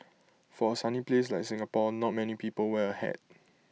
for A sunny place like Singapore not many people wear A hat